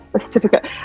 certificate